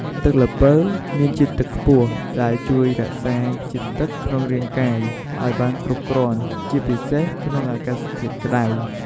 ទឹកល្ពៅមានជាតិទឹកខ្ពស់ ដែលជួយរក្សា ជាតិទឹកក្នុងរាងកាយ ឲ្យបានគ្រប់គ្រាន់ ជាពិសេសក្នុងអាកាសធាតុក្តៅ។